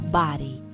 body